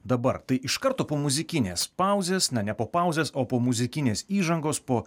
dabar tai iš karto po muzikinės pauzės na ne po pauzės o po muzikinės įžangos po